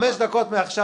חמש דקות מעכשיו.